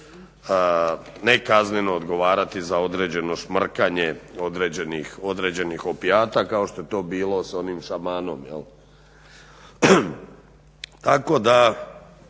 nekazneno odgovarati za određeno šmrkanje određenih opijata kao što je to bilo s onim šamanom. Tako da